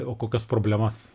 o kokias problemas